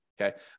Okay